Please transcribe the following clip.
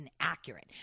inaccurate